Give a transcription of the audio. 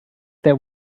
there